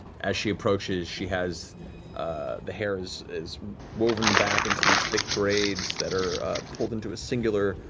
as she approaches she has the hair is is woven back into these thick braids that are pulled into a singular,